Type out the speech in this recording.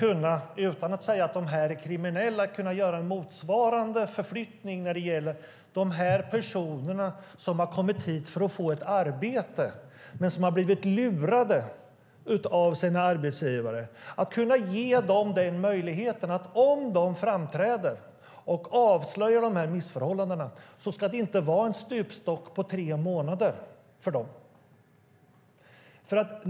Utan att säga att de här personerna är kriminella skulle jag kunna göra en motsvarande förflyttning när det gäller de personer som har kommit hit för att få ett arbete men som har blivit lurade av sina arbetsgivare. Vi skulle kunna ge dem möjligheten att om de framträder och avslöjar de här missförhållandena ska det inte vara en stupstock på tre månader för dem.